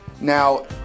Now